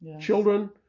children